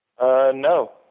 No